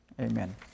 Amen